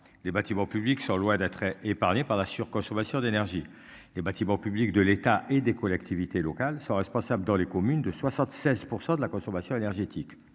les bâtiments publics sont loin d'être épargnée par la surconsommation d'énergie des bâtiments publics de l'État et des collectivités locales sont responsables dans les communes de 76% de la consommation énergétique